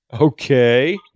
okay